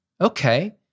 Okay